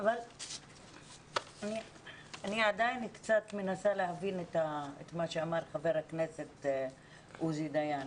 אני עדיין קצת מנסה להבין את מה שאמר חבר הכנסת עוזי דיין.